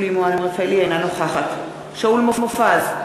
אינה נוכחת שאול מופז,